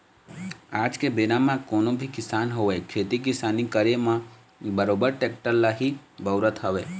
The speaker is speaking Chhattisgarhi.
आज के बेरा म कोनो भी किसान होवय खेती किसानी के करे म बरोबर टेक्टर ल ही बउरत हवय